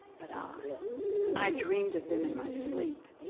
but i i dreamed of them in my sleep.